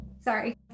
Sorry